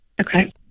okay